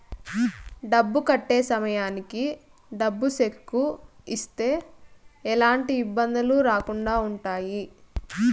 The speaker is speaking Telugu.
డబ్బు కట్టే సమయానికి డబ్బు సెక్కు ఇస్తే ఎలాంటి ఇబ్బందులు రాకుండా ఉంటాయి